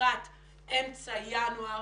לקראת אמצע ינואר